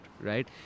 right